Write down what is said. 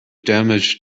damage